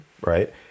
right